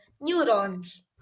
neurons